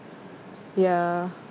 ya